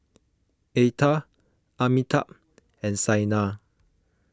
Atal Amitabh and Saina